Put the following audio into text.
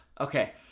Okay